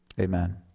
amen